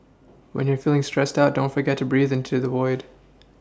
when you are feeling stressed out don't forget to breathe into the void